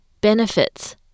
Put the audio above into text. benefits